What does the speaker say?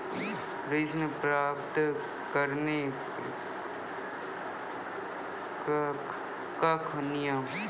ऋण प्राप्त करने कख नियम?